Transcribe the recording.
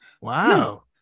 Wow